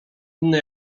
inne